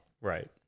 Right